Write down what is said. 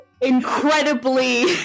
incredibly